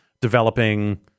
developing